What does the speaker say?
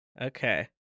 Okay